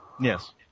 yes